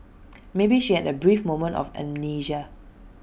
maybe she had A brief moment of amnesia